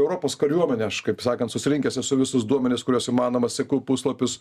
europos kariuomenė aš kaip sakant susirinkęs esu visus duomenis kuriuos įmanoma seku puslapius